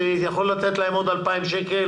כדי שנוכל לתת להם עוד 2,000 שקל